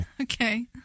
Okay